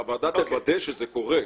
שהוועדה תוודא שזה קורה.